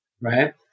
right